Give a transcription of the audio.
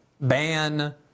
ban